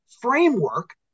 framework